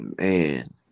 man